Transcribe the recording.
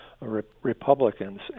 Republicans